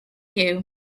you